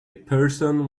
person